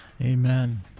Amen